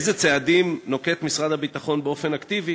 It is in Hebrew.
איזה צעדים נוקט משרד הביטחון באופן אקטיבי